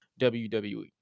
WWE